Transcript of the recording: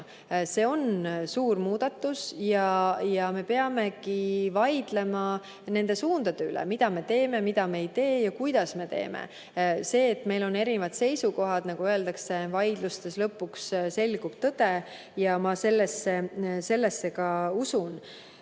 See on suur muudatus ja me peamegi vaidlema nende suundade üle, mida me teeme, mida me ei tee ja kuidas me teeme. Meil on erinevad seisukohad. Nagu öeldakse, vaidlustes selgub lõpuks tõde. Mina sellesse usun.